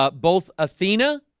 ah both athena,